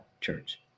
church